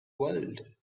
world